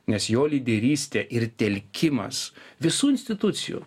nes jo lyderystė ir telkimas visų institucijų